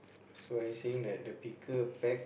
so are you saying that the vehicle pack